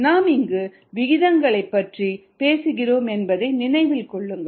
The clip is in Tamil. நாம் இங்கு விகிதங்களைப் பற்றி பேசுகிறோம் என்பதை நினைவில் கொள்ளுங்கள்